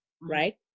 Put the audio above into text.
right